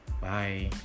Bye